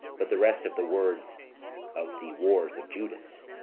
but the rest of the words of the wars of judas,